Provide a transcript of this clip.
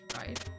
right